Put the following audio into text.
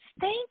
Thank